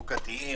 חוקים.